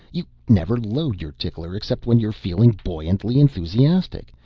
you never load your tickler except when you're feeling buoyantly enthusiastic.